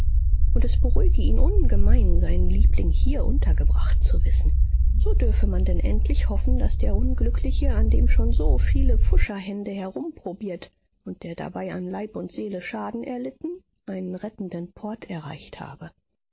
und es beruhige ihn ungemein seinen liebling hier untergebracht zu wissen so dürfe man denn endlich hoffen daß der unglückliche an dem schon so viele pfuscherhände herumprobiert und der dabei an leib und seele schaden erlitten einen rettenden port erreicht habe